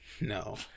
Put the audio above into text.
No